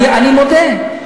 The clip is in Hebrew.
אני מודה.